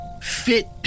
fit